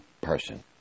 person